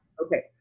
Okay